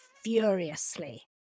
furiously